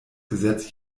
gesetz